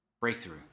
breakthrough